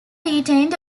retained